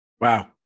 Wow